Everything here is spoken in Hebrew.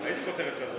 ראיתי כותרת כזאת.